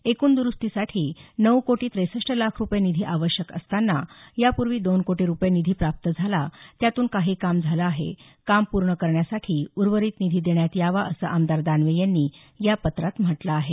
एकूण दुरुस्तीसाठी नऊ कोटी ट्रेसष्ट लाख रुपये निधी आवश्यक असताना यापूर्वी दोन कोटी रुपये निधी प्राप्त झाला त्यातून काही काम झालं आहे काम पूर्ण करण्यासाठी उर्वरित निधी देण्यात यावा असं आमदार दानवे यांनी या पत्रात म्हटलं आहे